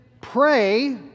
pray